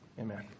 Amen